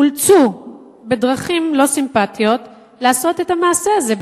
אולצו בדרכים לא סימפתיות לעשות את המעשה הזה,